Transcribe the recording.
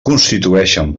constitueixen